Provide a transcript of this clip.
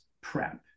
PrEP